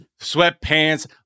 sweatpants